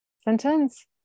sentence